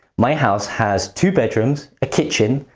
my house has two bedrooms, a kitchen,